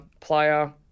player